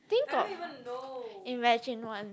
think got imagine one